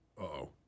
Uh-oh